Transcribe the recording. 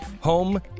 home